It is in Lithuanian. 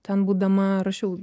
ten būdama rašiau